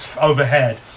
overhead